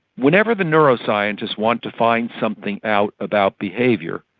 whenever the neuroscientists want to find something out about behaviour,